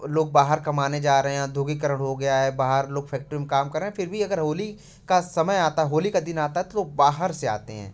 लोग बाहर कमाने जा रहे ध्रुवीकरण हो गया है बाहर लोग फैक्ट्री में काम कर रहे है फिर भी अगर होली का समय आता है होली का दिन आता है तो बाहर से आते हैं